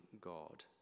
God